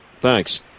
Thanks